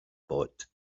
bought